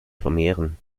vermehren